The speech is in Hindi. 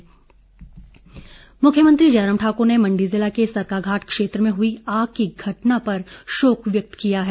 शोक मुख्यमंत्री जय राम ठाक्र ने मण्डी जिला के सरकाघाट क्षेत्र में हई आग लगने की घटना पर शोक व्यक्त किया है